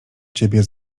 ciebie